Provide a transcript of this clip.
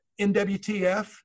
NWTF